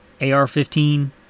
AR-15